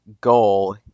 goal